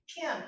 Kim